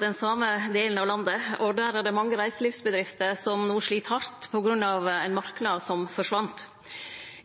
den same delen av landet, og der er det mange reiselivsbedrifter som no slit hardt på grunn av ein marknad som forsvann.